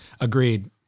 Agreed